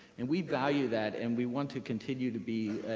and we value that and we want to continue to be,